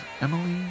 Emily